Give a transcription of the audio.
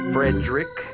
Frederick